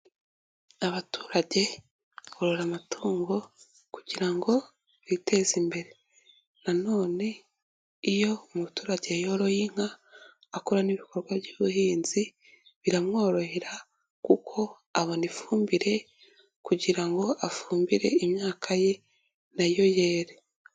Abaturage borora amatungo kugira ngo biteze imbere. Nanone iyo umuturage yoroye inka akora n'ibikorwa by'ubuhinzi biramworohera kuko abona ifumbire kugira ngo afumbire imyaka ye na yo yere.